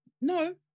No